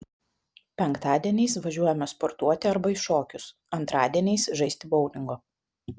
penktadieniais važiuojame sportuoti arba į šokius antradieniais žaisti boulingo